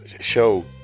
show